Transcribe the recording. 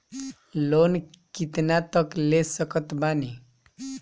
Loan कितना तक ले सकत बानी?